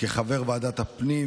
כחבר ועדת הפנים,